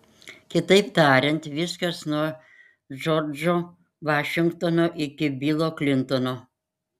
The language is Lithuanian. kitaip tariant viskas nuo džordžo vašingtono iki bilo klintono